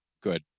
good